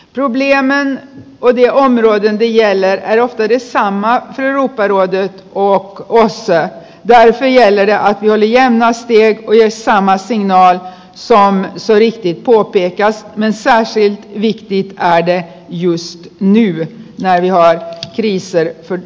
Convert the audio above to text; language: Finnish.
trogliämään voimiaan jälleen edessä on maaottelu perua työ on näissä hän riitelee ja alijäämä on vieri vieressä on varsin laaja saamme selitti pukoppi eikä me saisi yli kiikka ja jussi ungern var bara ett exempel